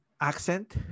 accent